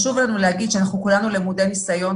חשוב לנו להגיד שכולנו כבר למודי ניסיון